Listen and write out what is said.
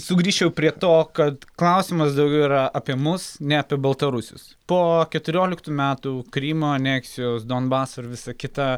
sugrįžčiau prie to kad klausimas daugiau yra apie mus ne apie baltarusius po keturioliktų metų krymo aneksijos donbaso ir visą kitą